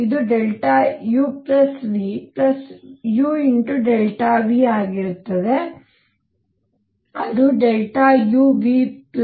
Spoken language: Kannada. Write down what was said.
ಇದು u VuV ಆಗಿರುತ್ತದೆ ಅದು u Vu4πr2